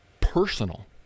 personal